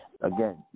again